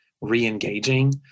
re-engaging